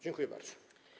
Dziękuję bardzo.